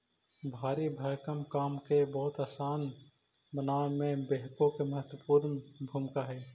भारी भरकम काम के बहुत असान बनावे में बेक्हो के महत्त्वपूर्ण भूमिका हई